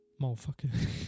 motherfucker